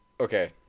Okay